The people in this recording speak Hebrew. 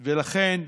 לכן,